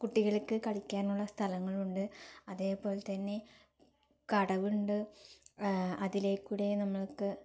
കുട്ടികള്ക്ക് കളിക്കാനുള്ള സ്ഥലങ്ങളുണ്ട് അതേപോലെ തന്നെ കടവുണ്ട് അതിൽകൂടി നമുക്ക്